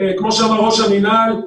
כמו שאמר ראש המינהל,